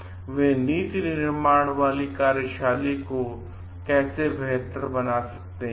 और वे नीति बनाने वाली कार्यप्रणाली को कैसे बेहतर बना सकते हैं